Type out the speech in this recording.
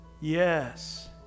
Yes